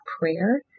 prayer